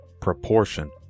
proportion